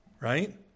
right